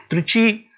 trichy,